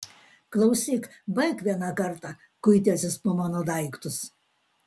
klausyk baik vieną kartą kuitęsis po mano daiktus